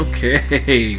Okay